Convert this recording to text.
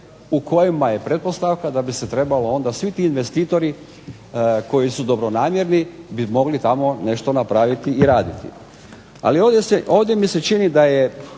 u kojima je pretpostavka da bi se trebalo svi ti investitori koji su dobronamjerni bi mogli tamo nešto napraviti i raditi. Ali ovdje mi se čini da je